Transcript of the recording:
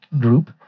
Group